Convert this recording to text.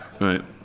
Right